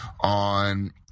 on